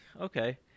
okay